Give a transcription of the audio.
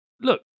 Look